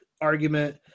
argument